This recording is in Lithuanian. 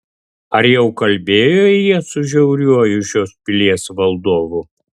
ar jau kalbėjo jie su žiauriuoju šios pilies valdovu